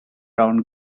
round